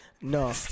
No